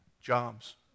jobs